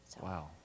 Wow